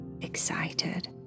excited